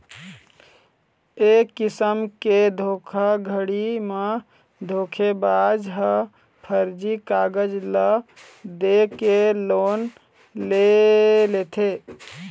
ए किसम के धोखाघड़ी म धोखेबाज ह फरजी कागज ल दे के लोन ले लेथे